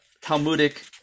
Talmudic